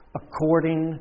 according